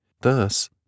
Thus